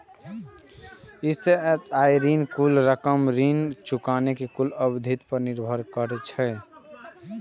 EMI ऋण के कुल रकम आ ऋण चुकाबै के कुल अवधि पर निर्भर करै छै